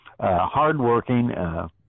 hardworking